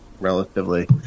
relatively